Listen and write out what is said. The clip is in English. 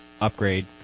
upgrade